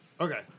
Okay